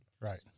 Right